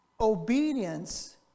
Obedience